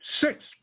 Six